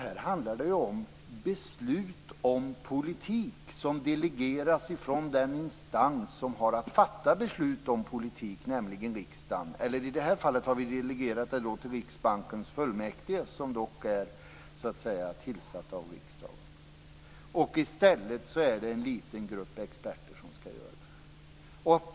Här handlar det om beslut om politik som delegeras bort från den instans som har att fatta beslut om politik, nämligen riksdagen - fast i det fallet har vi delegerat detta till Riksbankens fullmäktige, som dock är tillsatt av riksdagen. I stället är det en liten grupp experter som skall göra det här.